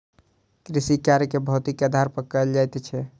कृषिकार्य के भौतिकीक आधार पर कयल जाइत छै